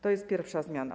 To jest pierwsza zmiana.